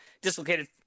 dislocated